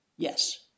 Yes